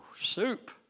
soup